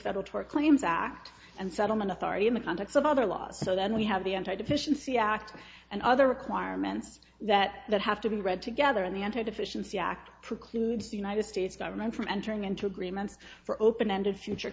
federal tort claims act and settlement authority in the context of other laws so then we have the anti deficiency act and other requirements that have to be read together and the entire deficiency act precludes the united states government from entering into agreements for openended future